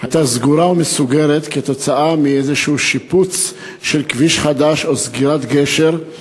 הייתה סגורה ומסוגרת כתוצאה מאיזה שיפוץ של כביש חדש או סגירת גשר,